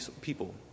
people